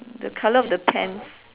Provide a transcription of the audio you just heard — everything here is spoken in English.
the colour of the pants